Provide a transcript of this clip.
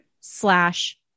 slash